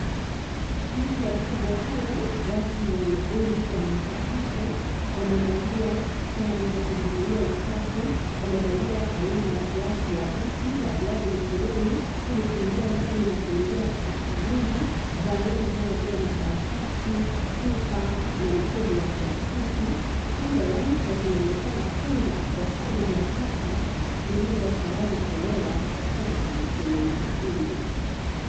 Mto mkubwa sana watu wengi wanausafisha wamevalia sare za kujuzia uchafu. Wamevalia aina ya viatu ya buti na glavu mikononi ili kuingia ndani na kuondoa takataka nyingi za aina kama vile makaratasi, chupa na mikebe ya plastiki. Kando ya mto kunaonekana fungu kubwa sana la taka lililo tayari tolewa toka kwenye mto ule.